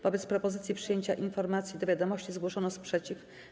Wobec propozycji przyjęcia informacji do wiadomości zgłoszono sprzeciw.